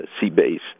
sea-based